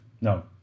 No